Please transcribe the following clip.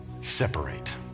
separate